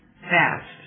Fast